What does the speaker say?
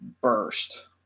burst